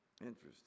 Interesting